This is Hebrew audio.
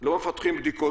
לא מפתחים בדיקות,